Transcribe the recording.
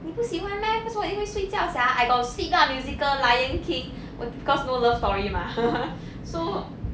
你不喜欢 meh 为什么你会睡觉 [sial] I got sleep lah musical lion king was because no love story mah so